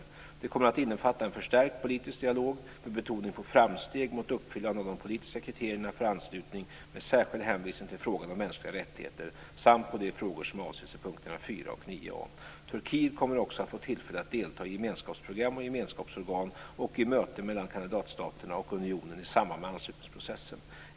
Detta kommer att innefatta en förstärkt politisk dialog, med betoning på framsteg mot uppfyllande av de politiska kriterierna för anslutning med särskild hänvisning till frågan om mänskliga rättigheter, samt på de frågor som avses i punkterna 4 och 9 a. Turkiet kommer också att få tillfälle att delta i gemenskapsprogram och gemenskapsorgan och i möten mellan kandidatstaterna och unionen i samband med anslutningsprocessen.